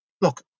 look